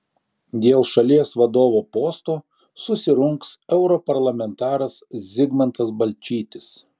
dėl šalies vadovo posto susirungs europarlamentaras zigmantas balčytis